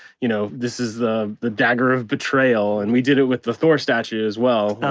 you know this is the the dagger of betrayal and we did it with the thor statue as well